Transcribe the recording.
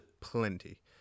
plenty